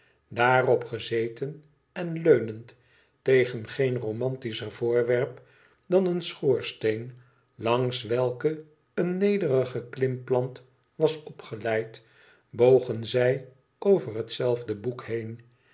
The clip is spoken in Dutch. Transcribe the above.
daarop gezeten en leunend tegen geen romantischer voorwerp dan een schoorsteen langs welken eene nederige klimplant was opgeleid bogen zij over hetzelfde boek heen